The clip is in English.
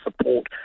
support